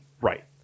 Right